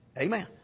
Amen